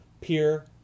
peer